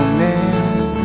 man